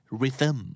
rhythm